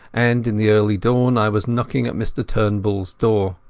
and in the early dawn i was knocking at mr turnbullas door.